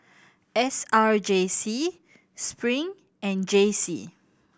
S R J C Spring and J C